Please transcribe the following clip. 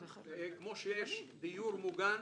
כמו שיש דיור מוגן,